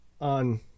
on